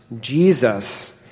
Jesus